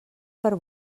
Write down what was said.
per